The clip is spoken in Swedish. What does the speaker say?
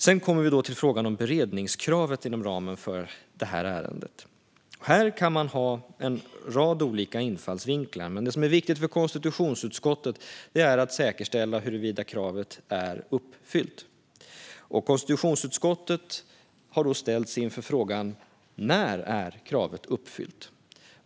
Sedan kommer vi då till frågan om beredningskravet inom ramen för det här ärendet. Här kan man ha en rad olika infallsvinklar. Men det som är viktigt för konstitutionsutskottet är att säkerställa huruvida kravet är uppfyllt. Konstitutionsutskottet har då ställts inför frågan: När var kravet uppfyllt?